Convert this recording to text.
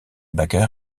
bakker